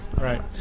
Right